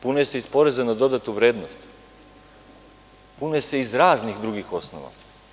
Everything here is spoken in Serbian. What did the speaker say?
Pune se iz poreza na dodatu vrednost, pune se iz raznih drugih osnova.